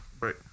right